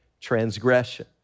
transgression